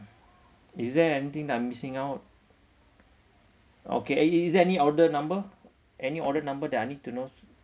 is there anything I'm missing out okay is there any order number any order number that I need to know